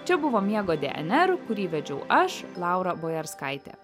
čia buvo miego dnr kurį vedžiau aš laura boerskaitė